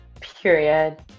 Period